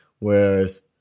Whereas